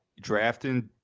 drafting